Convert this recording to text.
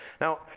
Now